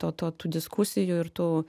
to to tų diskusijų ir tų